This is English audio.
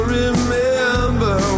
remember